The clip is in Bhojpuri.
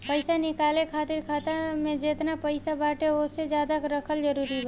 पईसा निकाले खातिर खाता मे जेतना पईसा बाटे ओसे ज्यादा रखल जरूरी बा?